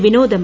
Vinod M